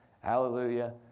hallelujah